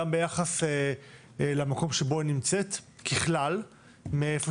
גם ביחס למקום שבו היא נמצאת ככלל מאיפה